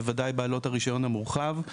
בוודאי בעלות הרישיון המורחב,